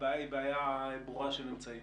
הבעיה היא בעיה ברורה של אמצעים.